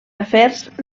afers